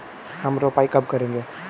हम रोपाई कब करेंगे?